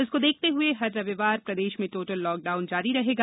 इसको देखते हुए हर रविवार प्रदेश में टोटल लॉकडाउन जारी रहेगा